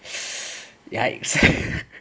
!yikes!